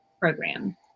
program